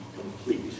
complete